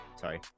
sorry